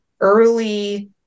early